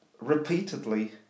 repeatedly